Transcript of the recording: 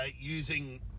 using